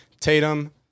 Tatum